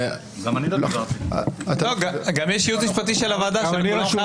--- יוראי, שלוש דקות